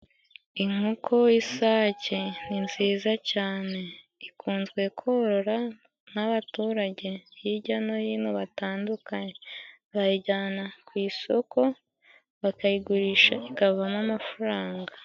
Inkoko y'isake ni nziza cyane. Ikunzwe korora n'abaturage hirya no hino batandukanye Bayijyana ku isoko bakayigurisha ikavamo amafaranga.